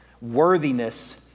worthiness